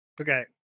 Okay